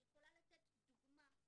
אני יכולה לתת דוגמה,